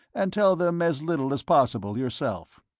and tell them as little as possible, yourself.